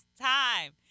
time